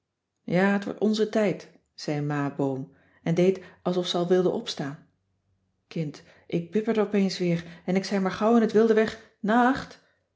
ja t wordt onze tijd zei ma boom en deed alsof ze al wilde opstaan kind ik bibberde opeens weer en ik zei maar gauw in t wilde weg